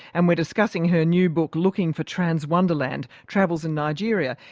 and we're discussing her new book looking for transwonderland travels in nigeria.